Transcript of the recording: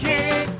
King